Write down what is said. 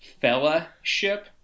fellowship